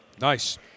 Nice